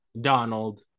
Donald